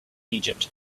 egypt